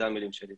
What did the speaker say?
אלה המילים שלי.